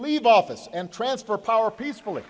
leave office and transfer power peacefully